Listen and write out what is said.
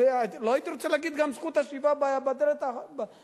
לא הייתי רוצה להגיד גם זכות השיבה בדלת האחורית.